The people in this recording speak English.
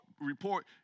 report